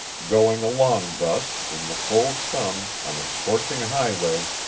going along thus, in the full sun, on a scorching highway,